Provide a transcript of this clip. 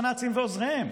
בנאצים ועוזריהם.